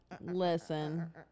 Listen